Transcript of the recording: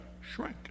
shrink